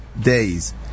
days